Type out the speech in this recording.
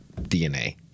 DNA